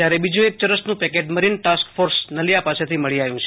જયારે બીજૂં એક ચરસનુ packet marine task force Naliya પાસેથી મળી આવ્યું છે